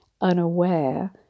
unaware